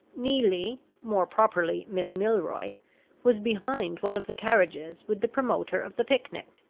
neelie more properly miss milroy was behind one of the carriages with the promoter of the picnic.